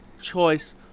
choice